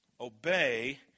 Obey